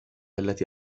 التي